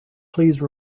please